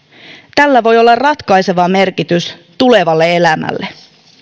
tällä voi olla ratkaiseva merkitys tulevalle elämälle